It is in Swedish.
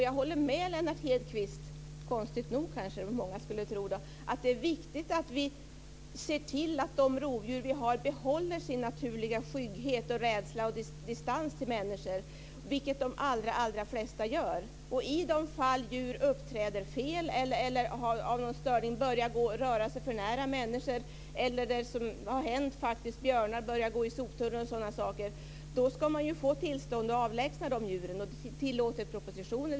Jag håller med Lennart Hedquist - konstigt nog kanske många skulle tro - att det är viktigt att vi ser till att de rovdjur som finns behåller sin naturliga skygghet, rädsla och distans till människor - vilket de allra flesta gör. I de fall djur uppträder fel, börjar röra sig för nära människor, björnar börjar rota i soptunnor osv. ska det gå att få tillstånd att avlägsna de djuren. Det tillåter propositionen.